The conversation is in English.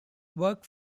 work